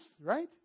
Right